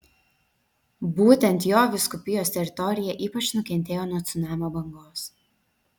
būtent jo vyskupijos teritorija ypač nukentėjo nuo cunamio bangos